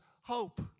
hope